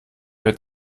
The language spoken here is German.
wir